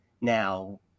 now